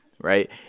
right